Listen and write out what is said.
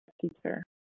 teacher